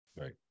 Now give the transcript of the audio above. right